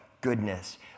Goodness